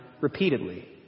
repeatedly